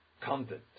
content